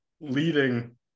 leading